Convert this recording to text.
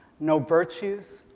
no virtues,